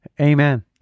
Amen